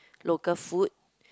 local food